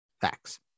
Facts